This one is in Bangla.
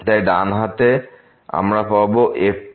তাই ডান হাত থেকে আমরা পাব fg